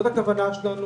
החדשנות כאן,